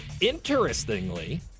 interestingly